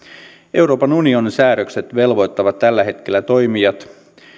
euroopan unionin säädökset velvoittavat tällä hetkellä toimijat